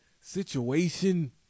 situation